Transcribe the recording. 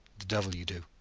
the devil you do!